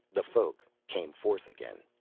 the folk, came forth again.